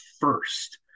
first